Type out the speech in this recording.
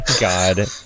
God